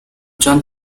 john